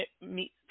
meet